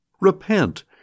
Repent